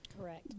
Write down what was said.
Correct